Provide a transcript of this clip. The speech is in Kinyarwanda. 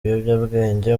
ibiyobyabwenge